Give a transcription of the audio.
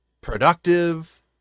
productive